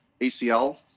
ACL